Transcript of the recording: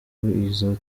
izo